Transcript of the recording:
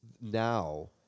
now